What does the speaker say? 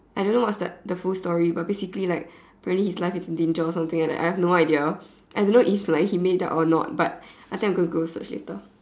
I don't know what's like the full story but basically like apparently his life is in danger or something like that I have no idea I don't know if like he made it up or not but I think I'm gonna go search later